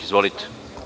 Izvolite.